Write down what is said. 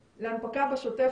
אז זה קורה הרבה.